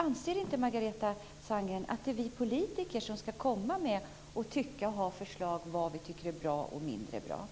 Anser inte Margareta Sandgren att vi politiker ska tycka till och lägga fram förslag i sådana här frågor?